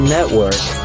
Network